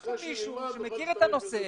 יש פה מישהו שמכיר את הנושא,